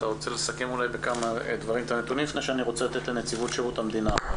אתם רוצים לסכם את הנתונים לפני שאתן לנציבות שירות המדינה?